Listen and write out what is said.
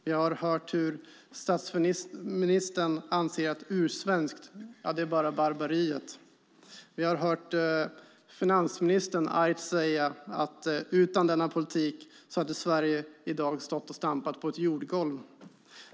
Vi har hört att statsministern anser att bara barbariet är ursvenskt. Vi har hört finansministern argt säga att Sverige utan denna politik i dag hade stått och stampat på ett jordgolv.